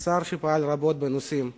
והשר שפעל רבות בנושאים אלה.